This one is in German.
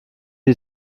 die